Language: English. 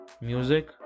music